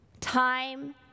Time